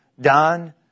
done